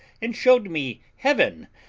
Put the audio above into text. and showed me heaven,